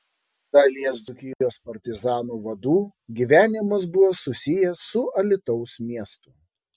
dalies dzūkijos partizanų vadų gyvenimas buvo susijęs su alytaus miestu